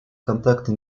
контакты